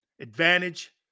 advantage